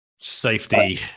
safety